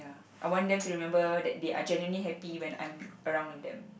I want them to remember that they are genuinely happy when I'm around with them